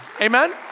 Amen